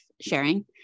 sharing